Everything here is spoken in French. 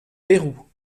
pérou